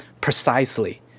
precisely